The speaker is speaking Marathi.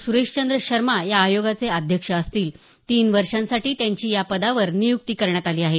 सुरेशचंद्र शर्मा या आयोगाचे अध्यक्ष असतील तीन वर्षांसाठी त्यांची या पदावर नियुक्ती करण्यात आली आहे